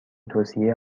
توصیه